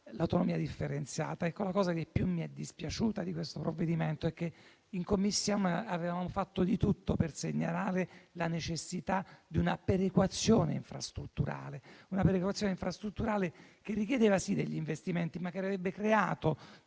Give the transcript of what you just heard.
l'autonomia differenziata e la cosa che più mi è dispiaciuta di questo provvedimento è che in Commissione avevamo fatto di tutto per segnalare la necessità di una perequazione infrastrutturale, che richiedeva sì degli investimenti, ma che avrebbe creato